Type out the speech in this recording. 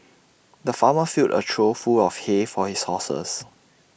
the farmer filled A trough full of hay for his horses